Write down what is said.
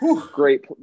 great